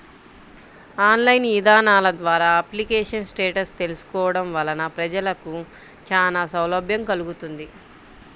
online ఇదానాల ద్వారా application status తెలుసుకోవడం వలన ప్రజలకు చానా సౌలభ్యం కల్గుతుంది